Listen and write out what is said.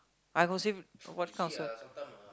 I got say what kind of say